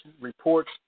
reports